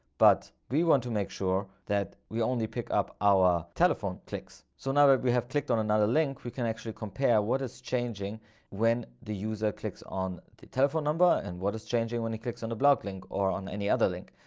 but we want to make sure that we only pick up our telephone clicks. so now that but we have clicked on another link, we can actually compare what is changing when the user clicks on the telephone number and what is changing when it clicks on the blog link or on any other link.